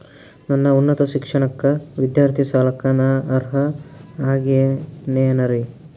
ನನ್ನ ಉನ್ನತ ಶಿಕ್ಷಣಕ್ಕ ವಿದ್ಯಾರ್ಥಿ ಸಾಲಕ್ಕ ನಾ ಅರ್ಹ ಆಗೇನೇನರಿ?